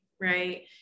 right